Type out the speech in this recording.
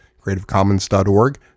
creativecommons.org